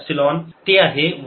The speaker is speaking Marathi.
8 च्या बरोबर